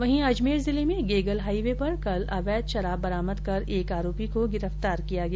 वहीं अजमेर जिले में गेगल हाईवे पर कल अवैध शराब बरामद कर एक आरोपी को गिरफ्तार किया गया